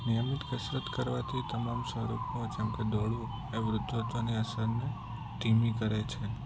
નિયમિત કસરત કરવાથી તમામ સ્વરૂપો જેમ કે દોડવું એ વૃદ્ધત્વની અસરને ધીમી કરે છે